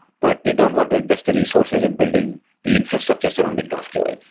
but they don't want to invest the resources in building the infrastructure surrounding graphql.